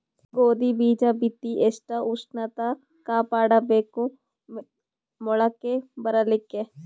ಗೋಧಿ ಬೀಜ ಬಿತ್ತಿ ಎಷ್ಟ ಉಷ್ಣತ ಕಾಪಾಡ ಬೇಕು ಮೊಲಕಿ ಬರಲಿಕ್ಕೆ?